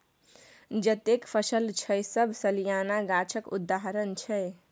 जतेक फसल छै सब सलियाना गाछक उदाहरण छै